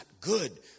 good